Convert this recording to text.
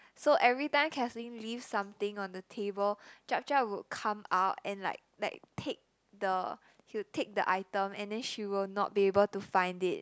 so everytime Kathleen leaves something on the table Jup Jup would come out and like like take the he would take the item and then she will not be able to find it